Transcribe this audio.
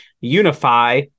unify